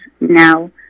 now